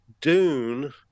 Dune